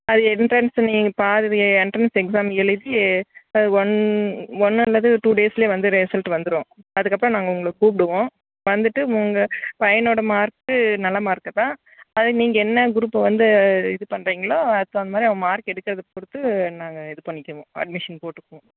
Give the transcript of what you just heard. அது எண்ட்ரன்ஸ் நீங்கள் பாதி எண்ட்ரன்ஸ் எக்ஸாம் எழுதி ஒன் அல்லது டூ டேஸ்சிலே வந்து ரிசல்ட் வந்துடும் அதுக்கப்புறம் நாங்கள் உங்களை கூப்பிடுவோம் வந்துட்டு உங்கள் பையனோடய மார்க் நல்ல மார்க்கு தான் அது நீங்கள் என்ன குரூப் வந்து இது பண்ணுறீங்களோ அதுக்குத் தகுந்தமாதிரி அவங்க மார்க் எடுக்கிறதைப் பொறுத்து நாங்கள் இது பண்ணிக்குவோம் அட்மிஷன் போட்டுக்குவோம்